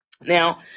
Now